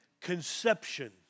conception